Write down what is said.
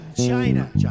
China